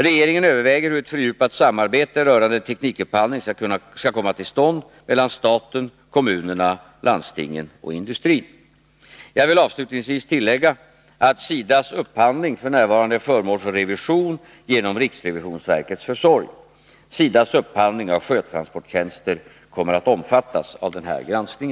Regeringen överväger hur ett fördjupat samarbete rörande teknikupphandling skall komma till stånd mellan staten, kommunerna, landstingen och industrin. Jag vill avslutningsvis tillägga att SIDA:s upphandling f. n. är föremål för revision genom riksrevisionsverkets försorg. SIDA:s upphandling av sjötransporttjänster kommer att omfattas av denna granskning.